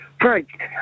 Frank